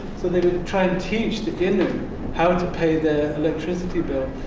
so they would try and teach the innu how to pay their electricity bill.